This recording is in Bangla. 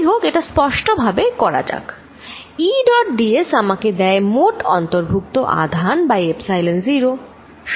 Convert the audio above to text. যাইহোক এটা স্পষ্ট ভাবে করা যাক E ডট ds আমাকে দেয় মোট অন্তর্ভুক্ত আধান বাই এপসাইলন 0